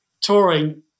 touring